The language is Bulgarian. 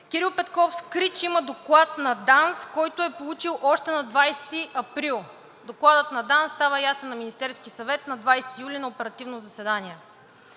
Кирил Петков скри, че има доклад на ДАНС, който е получил още на 20 април 2022 г. Докладът на ДАНС става ясен на Министерския съвет на 20 юли на оперативно заседание.